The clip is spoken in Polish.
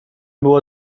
było